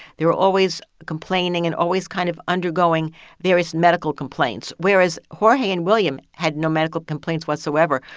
they were always complaining and always kind of undergoing various medical complaints, whereas jorge and william had no medical complaints whatsoever.